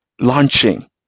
launching